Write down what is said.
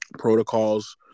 protocols